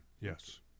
yes